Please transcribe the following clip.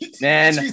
man